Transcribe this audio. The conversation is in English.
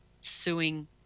suing